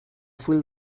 full